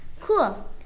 Cool